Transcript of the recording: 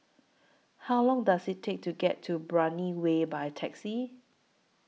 How Long Does IT Take to get to Brani Way By Taxi